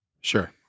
Sure